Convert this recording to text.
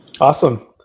Awesome